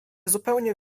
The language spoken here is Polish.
zupełnie